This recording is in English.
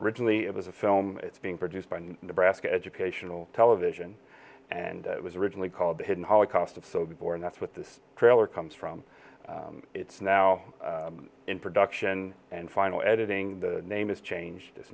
originally it was a film it's being produced by nebraska educational television and it was originally called the hidden holocaust of sobibor and that's what this trailer comes from it's now in production and final editing the name is changed is